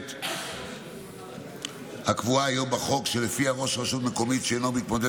הגורפת הקבועה היום בחוק שלפיה ראש רשות מקומית שאינו מתמודד